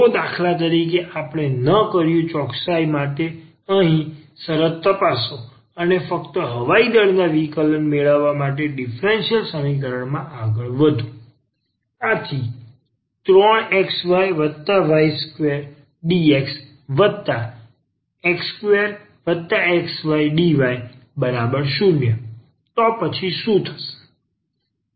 જો દાખલા તરીકે આપણે ન કર્યું ચોકસાઈ માટે અહીં શરત તપાસો અને ફક્ત હવાઈ દળના વિકલન મેળવવા માટે ડિફરન્સલ સમીકરણમાં આગળ વધો 3xyy2dxx2xydy0 તો પછી શું થશે